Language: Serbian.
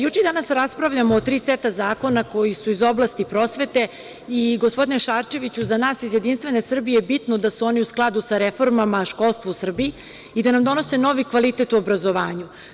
Juče, danas raspravljamo o tri seta zakona koji su iz oblasti prosvete i, gospodine Šarčeviću, za nas iz Jedinstvene Srbije je bitno da su oni u skladu sa reformama školstva u Srbiji i da nam donose novi kvalitet u obrazovanju.